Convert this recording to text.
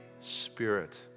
Spirit